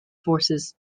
forces